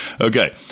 Okay